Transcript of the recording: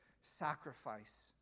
sacrifice